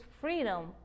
freedom